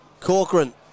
Corcoran